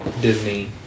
Disney